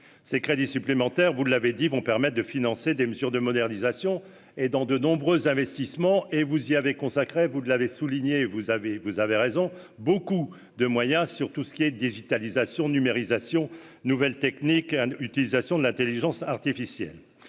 ces crédits supplémentaires, vous l'avez dit vont permettent de financer des mesures de modernisation et dans de nombreux investissements et vous y avez consacré, vous ne l'avez souligné vous avez, vous avez raison, beaucoup de moyens, surtout ce qui est digitalisation numérisation nouvelles techniques à l'utilisation de l'Intelligence artificielle,